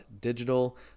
digital –